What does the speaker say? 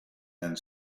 and